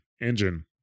engine